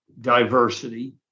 diversity